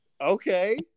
Okay